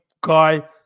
guy